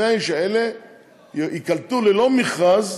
100 האיש האלה ייקלטו ללא מכרז,